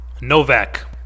Novak